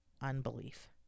unbelief